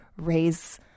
raise